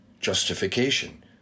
justification